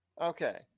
okay